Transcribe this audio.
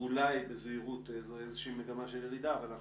אולי בזהירות זו איזה שהיא מגמה של ירידה.